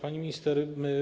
Pani Minister!